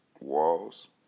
Walls